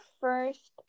first